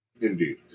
Indeed